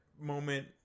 moment